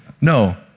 No